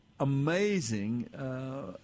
amazing